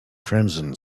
crimson